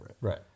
Right